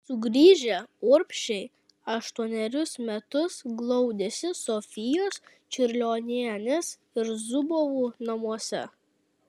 sugrįžę urbšiai aštuonerius metus glaudėsi sofijos čiurlionienės ir zubovų namuose